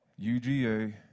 UGA